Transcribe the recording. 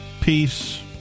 peace